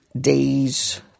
Days